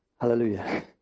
Hallelujah